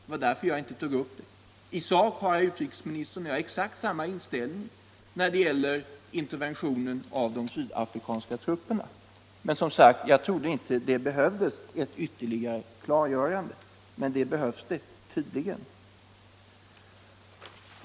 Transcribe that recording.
Det var därför jag inte tog upp det. I sak har herr utrikesministern och jag exakt samma inställning när det gäller interventionen av de sydafrikanska trupperna. Jag trodde, som sagt, att det inte behövdes ett ytterligare klargörande, men det behövs tydligen.